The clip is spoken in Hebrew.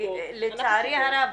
לצערי הרב,